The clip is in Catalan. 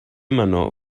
menor